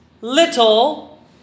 little